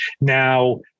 Now